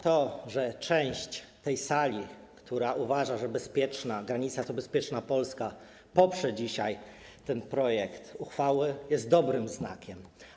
To, że część osób na tej sali, która uważa, że bezpieczna granica to bezpieczna Polska, poprze dzisiaj ten projekt uchwały, jest dobrym znakiem.